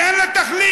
שאין לה תחליף,